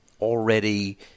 already